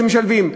שמשלבות.